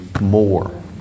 more